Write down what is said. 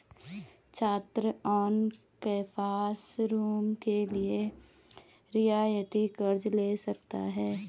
छात्र on campus room के लिए रियायती कर्ज़ ले सकता है